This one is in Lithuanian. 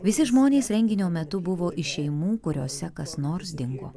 visi žmonės renginio metu buvo iš šeimų kuriose kas nors dingo